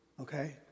okay